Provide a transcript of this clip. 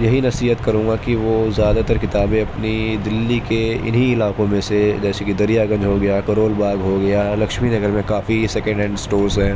یہی نصیحت کروں گا کہ وہ زیادہ تر كتابیں اپنی دلّی كے انہی علاقوں میں سے جیسے کہ دریا گنج ہو گیا کرول باغ ہو گیا لکشمی نگر میں کافی سکینڈ ہینڈ اسٹورز ہیں